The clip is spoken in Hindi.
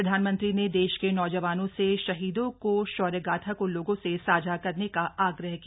प्रधानमंत्री ने देश के नौजवानों से शहीदों की शौर्य गाथा को लोगों से साझा करने का आग्रह किया